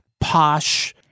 posh